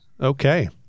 okay